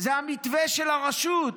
זה המתווה של הרשות,